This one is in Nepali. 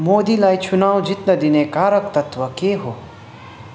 मोदीलाई चुनाउ जित्न दिने कारक तत्त्व के हो